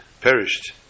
perished